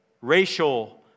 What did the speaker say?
Racial